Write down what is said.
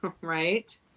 right